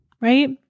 right